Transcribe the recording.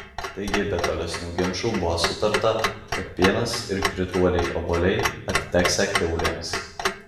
taigi be tolesnių ginčų buvo sutarta kad pienas ir krituoliai obuoliai atiteksią kiaulėms